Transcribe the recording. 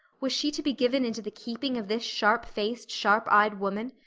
was she to be given into the keeping of this sharp-faced, sharp-eyed woman?